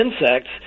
insects